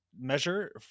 measure